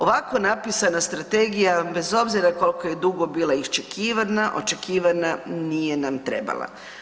Ovako napisana strategija bez obzira kolko je dugo bila iščekivana, očekivana, nije nam trebala.